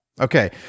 Okay